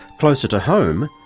closer to home,